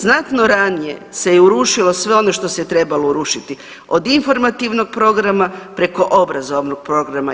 Znatno se ranije se i urušilo sve ono što se trebalo urušiti, od informativnog programa preko obrazovnog programa.